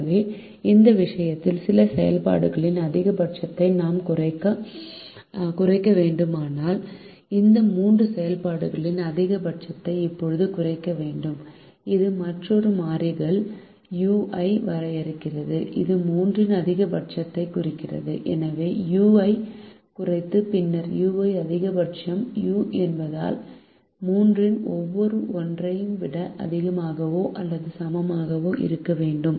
எனவே இந்த விஷயத்தில் சில செயல்பாடுகளின் அதிகபட்சத்தை நாம் குறைக்க வேண்டுமானால் இந்த மூன்று செயல்பாடுகளின் அதிகபட்சத்தை இப்போது குறைக்க வேண்டும் இது மற்றொரு மாறிகள் u ஐ வரையறுக்கிறது இது மூன்றின் அதிகபட்சத்தைக் குறிக்கிறது எனவே u ஐக் குறைத்து பின்னர் u அதிகபட்சம் u என்பதால் 3 இன் ஒவ்வொரு 1 ஐ விட அதிகமாகவோ அல்லது சமமாகவோ இருக்க வேண்டும்